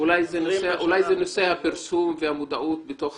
אולי זה קשור לנושא הפרסום והמודעות בתוך